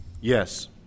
Yes